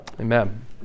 Amen